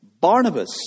Barnabas